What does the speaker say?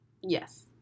Yes